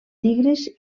tigris